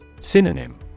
Synonym